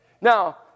Now